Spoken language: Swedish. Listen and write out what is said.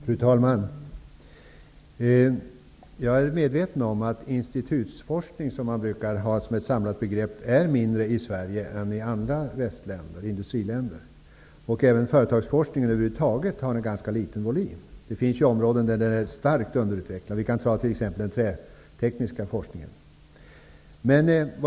Fru talman! Jag är medveten om att institutsforskning, vilket man brukar använda som ett samlat begrepp, är mindre omfattande i Sverige än i andra industriländer. Företagsforskning har över huvud taget en ganska liten volym. Det finns områden där den är starkt underutvecklad. Man kan som exempel ta den trätekniska forskningen.